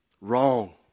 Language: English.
Wrong